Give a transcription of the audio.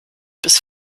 bis